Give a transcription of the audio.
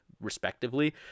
respectively